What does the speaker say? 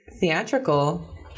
theatrical